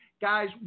guys